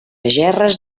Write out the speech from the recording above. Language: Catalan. gerres